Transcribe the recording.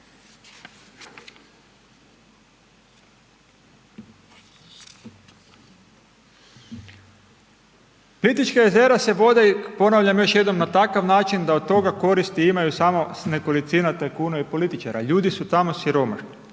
Plitvička jezera se vode ponavljam još jednom, na takav način da od toga koristi imaju samo nekolicina tajkuna i političara, ljudi su tamo siromašni,